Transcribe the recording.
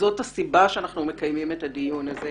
וזו הסיבה שאנחנו מקיימים את הדיון הזה.